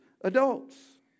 adults